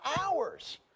hours